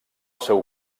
seu